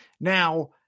Now